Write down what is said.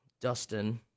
Dustin